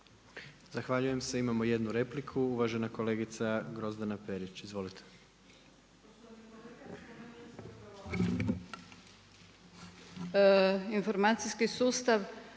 Zahvaljujem se. Imamo jednu repliku uvažena kolegica Grozdana Perić. Izvolite.